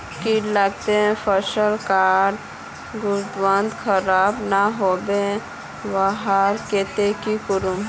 कीड़ा लगाले फसल डार गुणवत्ता खराब ना होबे वहार केते की करूम?